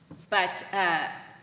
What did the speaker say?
but, ah,